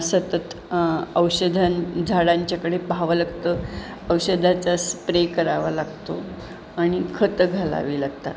सतत औषधां झाडांच्याकडे पाहावं लागतं औषधाचा स्प्रे करावा लागतो आणि खतं घालावी लागतात